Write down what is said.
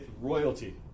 royalty